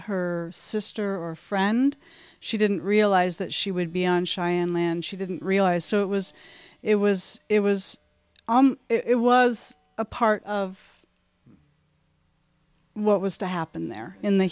her sister or friend she didn't realize that she would be on cheyenne land she didn't realize so it was it was it was it was a part of what was to happen there in the